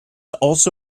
also